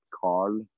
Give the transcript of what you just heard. Carl